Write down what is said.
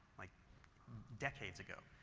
like decades ago.